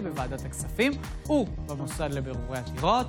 חשמליים ייכנסו לישראל וינועו בכבישי ישראל,